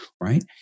Right